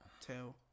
Two